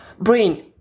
brain